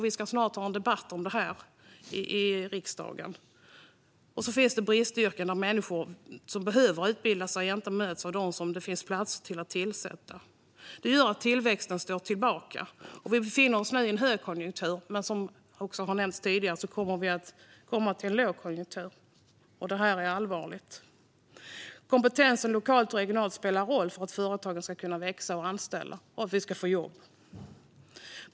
Vi ska snart ha en debatt om dessa frågor i riksdagen. Samtidigt finns det bristyrken. Människor behöver utbilda sig, men det finns inte platser att fylla. Det gör att tillväxten står tillbaka. Vi befinner oss nu i en högkonjunktur, men precis som har nämnts tidigare kommer det att bli lågkonjunktur. Det är allvarligt. Kompetensen lokalt och regionalt spelar roll för att företagen ska kunna växa och anställa och för att vi ska få fler jobb.